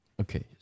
okay